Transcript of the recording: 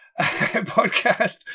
podcast